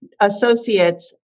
associates